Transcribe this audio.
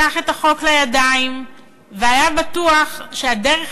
לקח את החוק לידיים והיה בטוח שהדרך